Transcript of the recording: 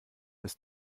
ist